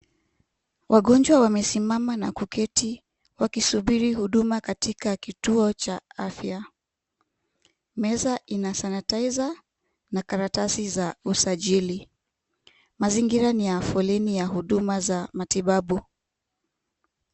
Wagonjwa wamesimama na kuketi wakisuburi huduma katika kituo cha afya. Meza ina sanitizer na karatasi za usajili. Mazingira ni ya foleni ya huduma za matibabu.